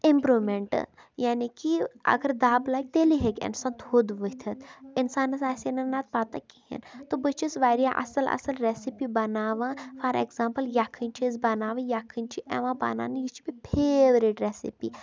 improvement یعنے کہِ اگر دَب لَگہِ تیٚلے ہیٚکہِ اِنسان تھوٚد ؤتِتھ اِنسانَس آسہِ ہے نہٕ نَتہٕ پَتہ کِہیٖنۍ تہٕ بہٕ چھس واریاہ اَصٕل ریسِپی بَناوان فار ایگزامپٕل یَکھٕنۍ چھِ أسۍ بَناوٕنۍ یَکھٕنۍ چھِ یِوان بَناونہٕ یہِ مےٚ پھیورِٹ ریسِپی